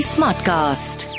Smartcast